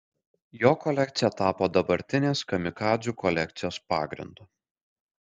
jo kolekcija tapo dabartinės kamikadzių kolekcijos pagrindu